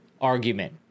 argument